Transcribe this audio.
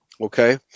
Okay